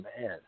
man